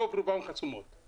רוב רובן חסומות.